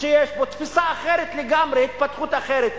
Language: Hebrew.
שיש בו תפיסה אחרת לגמרי, התפתחות אחרת.